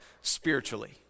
spiritually